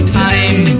time